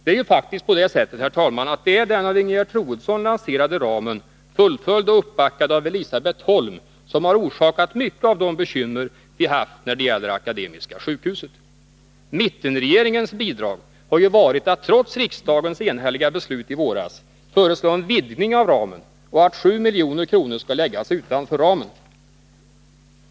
Det är faktiskt på det sättet, herr talman, att det är den av Ingegerd Troedsson lanserade ramen, fullföljd och uppbackad av Elisabet Holm, som har orsakat mycket av de bekymmer vi haft när det gäller Akademiska sjukhuset. Mittenregeringens bidrag har ju varit att trots riksdagens enhälliga beslut i våras föreslå en vidgning av ramen och att 7 milj.kr. skall läggas utanför denna.